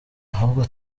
ahubwo